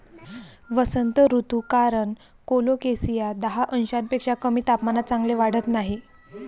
वसंत ऋतू कारण कोलोकेसिया दहा अंशांपेक्षा कमी तापमानात चांगले वाढत नाही